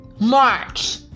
march